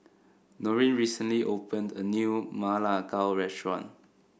Noreen recently opened a new Ma Lai Gao restaurant